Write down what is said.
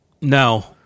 No